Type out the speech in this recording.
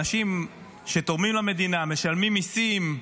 אנשים שתורמים למדינה, משלמים מיסים,